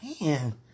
man